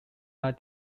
are